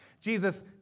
Jesus